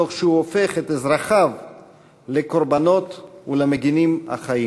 תוך שהוא הופך את אזרחיו לקורבנות ולמגינים חיים.